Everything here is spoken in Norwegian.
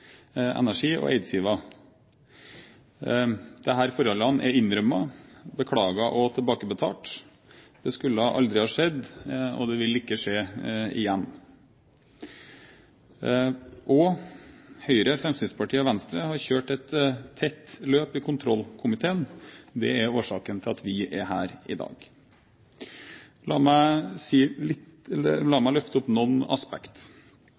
Energi. Disse forholdene er innrømmet, beklaget og pengene tilbakebetalt. Det skulle aldri ha skjedd, og det vil ikke skje igjen. Og: Høyre, Fremskrittspartiet og Venstre har kjørt et tett løp i kontrollkomiteen. Det er årsaken til at vi er her i dag. La meg løfte opp noen